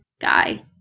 guy